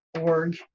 .org